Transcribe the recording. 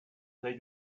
they